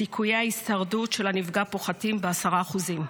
סיכויי ההישרדות של הנפגע פוחתים בעשרה אחוזים.